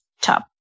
top